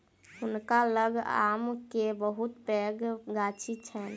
हुनका लग आम के बहुत पैघ गाछी छैन